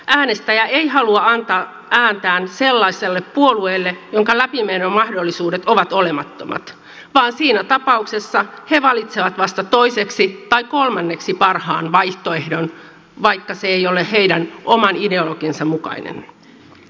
äänestäjä ei halua antaa ääntään sellaiselle puolueelle jonka läpimenomahdollisuudet ovat olemattomat vaan siinä tapauksessa he valitsevat vasta toiseksi tai kolmanneksi parhaan vaihtoehdon vaikka se ei ole heidän oman ideologiansa mukainen